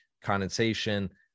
condensation